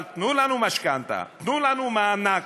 אבל תנו לה משכנתה, תנו לנו מענק,